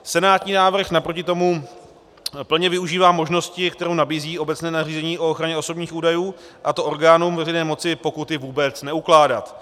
Senátní návrh naproti tomu plně využívá možnosti, kterou nabízí obecné nařízení o ochraně osobních údajů, a to orgánům veřejné moci pokuty vůbec neukládat.